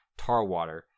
tarwater